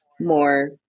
more